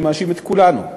אני מאשים את כולנו,